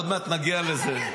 עוד מעט נגיע לזה.